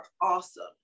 awesome